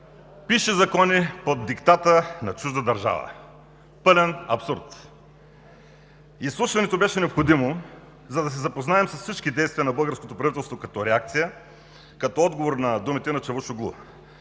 пише закони под диктата на чужда държава – пълен абсурд! Изслушването беше необходимо, за да се запознаем с всички действия на българското правителство като реакция, като отговор на думите на Чавушоглу,